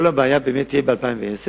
כל הבעיה תהיה ב-2010.